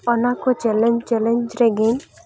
ᱚᱱᱟᱠᱚ challenge challenge ᱨᱮᱜᱤᱧ